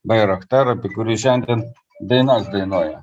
bairaktar apie kurį šiandien dainas dainuoja